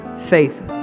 faith